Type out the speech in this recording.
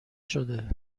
شده